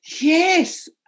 Yes